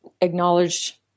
acknowledged